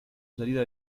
salida